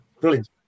Brilliant